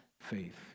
faith